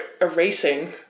erasing